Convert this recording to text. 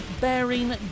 bearing